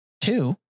two